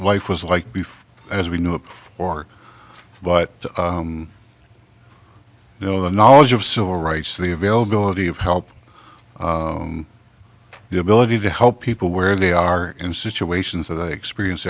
life was like before as we know it or but you know the knowledge of civil rights the availability of help the ability to help people where they are in situations of the experience